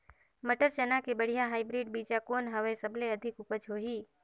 मटर, चना के बढ़िया हाईब्रिड बीजा कौन हवय? सबले अधिक उपज होही?